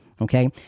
Okay